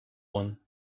one